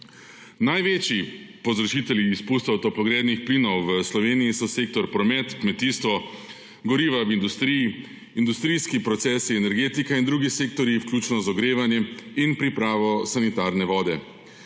Največji povzročitelji izpustov toplogrednih plinov v Sloveniji so sektorji: promet, kmetijstvo, goriva v industriji, industrijski procesi, energetika in drugi sektorji, vključno z ogrevanjem in pripravo sanitarne vode.